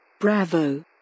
Bravo